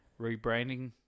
rebranding